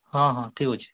ହଁ ହଁ ଠିକ୍ ଅଛି